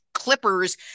Clippers